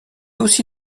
aussi